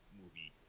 movie